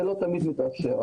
וזה לא תמיד מתאפשר.